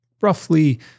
roughly